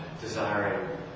desiring